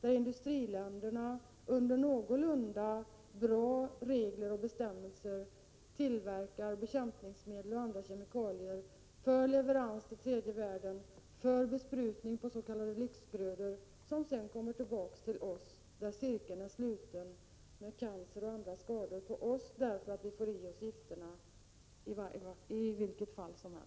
I industriländerna tillverkas under någorlunda bra regler och bestämmelser bekämpningsmedel och andra kemikalier för leverans till tredje världen, där de används i besprutning på s.k. lyxgrödor. När dessa sedan kommer tillbaks till oss är cirkeln sluten: vi får cancer och andra skador därför att vi får i oss dessa gifter.